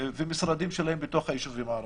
ומשרדים שלהם בתוך היישובים הערבים.